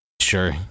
Sure